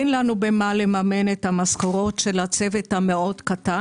אין לנו במה לממן את המשכורות של הצוות המאוד קטן.